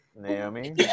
Naomi